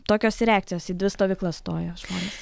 tokios ir reakcijos į dvi stovyklas stojo žmonės